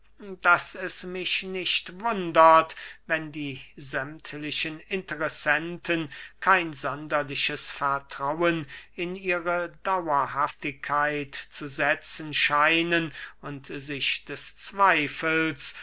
daß es mich nicht wundert wenn die sämmtlichen interessenten kein sonderliches vertrauen in ihre dauerhaftigkeit zu setzen scheinen und sich des zweifels